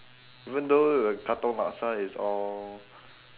even though the katong laksa is all